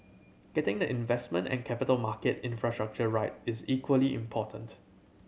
getting the investment and capital market infrastructure right is equally important